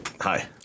Hi